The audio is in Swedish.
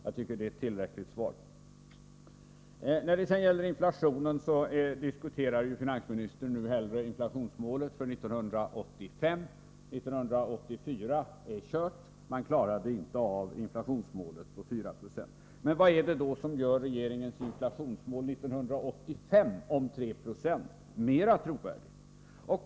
Jag tycker det är tillräckligt svar. När det gäller inflationen diskuterar finansministern nu hellre inflationsmålet för 1985. 1984 är kört. Man klarade inte av inflationsmålet på 4 76. Men vad är det då som gör regeringens inflationsmål om 3 96 för 1985 mera trovärdigt?